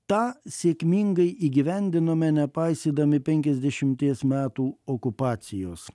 tą sėkmingai įgyvendinome nepaisydami penkiasdešimties metų okupacijos